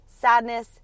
Sadness